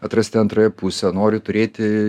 atrasti antrąją pusę noriu turėti